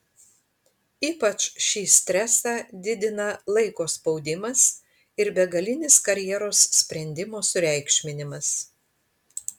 ypač šį stresą didina laiko spaudimas ir begalinis karjeros sprendimo sureikšminimas